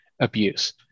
abuse